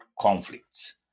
conflicts